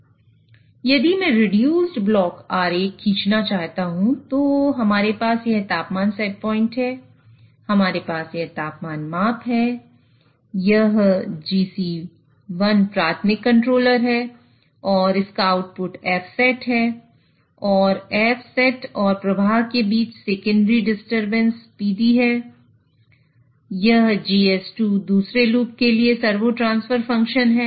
यदि मैं reduced block आरेख में जाएगा